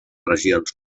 regions